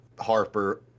Harper